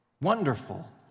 Wonderful